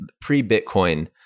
pre-Bitcoin